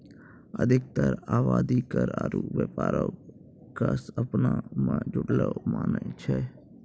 अधिकतर आवादी कर आरु व्यापारो क अपना मे जुड़लो मानै छै